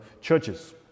churches